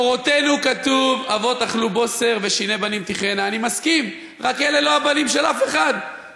עולים חברי כנסת ומספרים כמה שלא רק הם אלא רבים נוספים בבית הזה,